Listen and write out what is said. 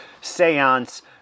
seance